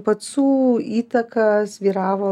pacų įtaką svyravo